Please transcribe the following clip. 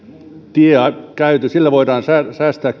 tie käyty sillä voidaan säästää